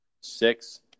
Six